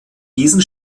diesen